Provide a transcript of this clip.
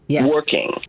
working